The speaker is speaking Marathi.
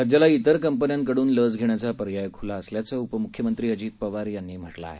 राज्याला इतर कंपन्यांकडून लस घेण्याचाही पर्याय ख्ला असल्याचं उपम्ख्यमंत्री अजित पवार यांनी म्हटलं आहे